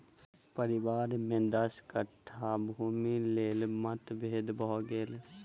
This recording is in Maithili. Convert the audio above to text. परिवार में दस कट्ठा भूमिक लेल मतभेद भ गेल